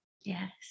Yes